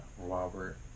Robert